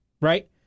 right